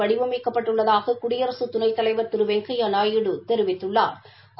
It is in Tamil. வடிவமைக்கப் பட்டுள்ளதாக குடியரசு துணைத்தலைவா் திரு வெங்கையா நாயுடு தெரிவித்துள்ளாா்